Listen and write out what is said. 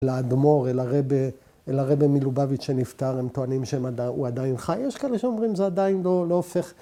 ‫אל האדמור, אל הרב מלובביץ' שנפטר, ‫הם טוענים שהוא עדיין חי. ‫יש כאלה שאומרים ‫זה עדיין לא הופך.